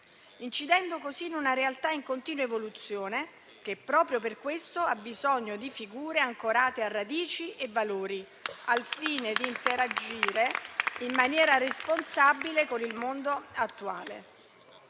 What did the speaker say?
incide così in una realtà in continua evoluzione che proprio per questo ha bisogno di figure ancorate a radici e valori, al fine di interagire in maniera responsabile con il mondo attuale.